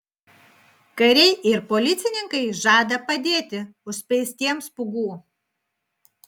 kariai ir policininkai žada padėti užspeistiems pūgų